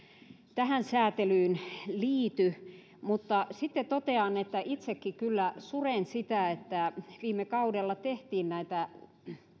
tähän sääntelyyn liity sitten totean että itsekin kyllä suren sitä että viime kaudella tehtiin näitä